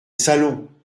salon